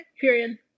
Period